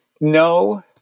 no